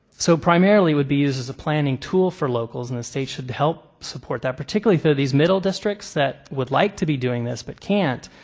so primarily it would be used as a planning tool for locals and the state should help support that, particularly for these middle districts that would like to be doing this but can't